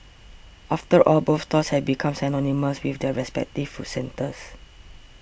after all both stalls have become synonymous with the respective food centres